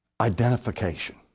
identification